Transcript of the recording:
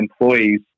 employees